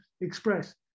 express